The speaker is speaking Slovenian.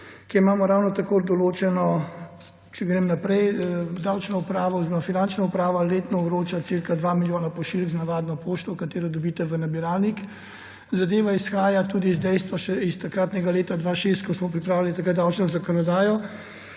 kjer imamo ravno tako določeno. Če grem naprej, Finančna uprava letno vroča cirka 2 milijona pošiljk z navadno pošto, ki jo dobite v nabiralnik. Zadeva izhaja tudi iz dejstva iz takratnega leta 2006, ko smo pripravili davčno zakonodajo.